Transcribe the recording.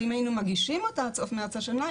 ואם היינו מגישים אותה עד סוף מרץ השנה,